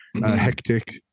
Hectic